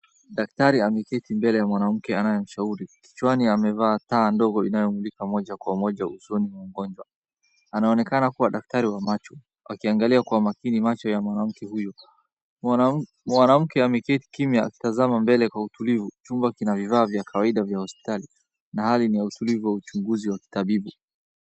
Daktari ameketi mbele ya mwanamke anayemshauri. Kichwani amevaa taa ndogo inayomulika moja kwa moja usoni mwa mgonjwa. Anaonekana kuwa daktari wa macho, akiangalia kwa makini macho ya mwanamke huyo. Mwanamke ameketi kimya akitazama mbele kwa utulivu. Chumba kina vifaa vya kawaida vya hosipitali na hali ni ya utulivu ya uchunguzi wa kitabibu.